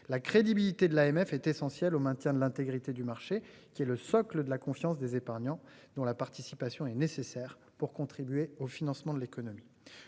La crédibilité de l'AMF est essentiel au maintien de l'intégrité du marché qui est le socle de la confiance des épargnants, dont la participation est nécessaire pour contribuer au financement de l'économie.